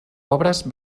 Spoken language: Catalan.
obres